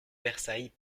versailles